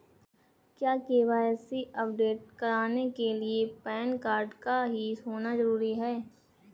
क्या KYC update कराने के लिए पैन कार्ड का ही होना जरूरी है?